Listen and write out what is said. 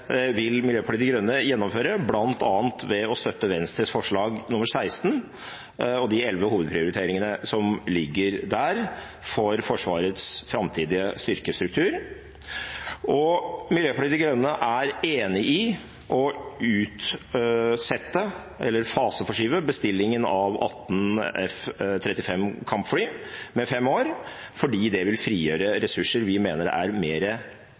vil Miljøpartiet De Grønne gjennomføre bl.a. ved å støtte Venstres forslag nr. 16 og de elleve hovedprioriteringene som ligger der for Forsvarets framtidige styrkestruktur. Miljøpartiet De Grønne er også enig i å utsette, eller faseforskyve, bestillingen av 18 F 35-kampfly med fem år, fordi det vil frigjøre ressurser vi mener er